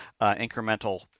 incremental